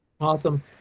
awesome